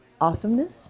Awesomeness